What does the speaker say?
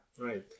right